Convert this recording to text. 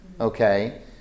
Okay